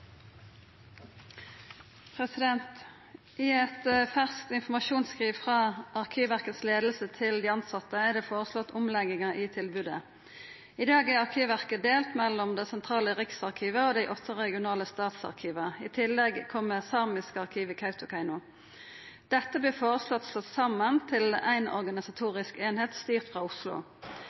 de ansatte er det foreslått omlegginger i tilbudet. I dag er Arkivverket delt mellom det sentrale Riksarkivet og åtte regionale statsarkiver, i tillegg kommer Samisk arkiv i Kautokeino. Dette blir foreslått slått sammen til en organisatorisk enhet styrt fra Oslo.